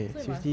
so you must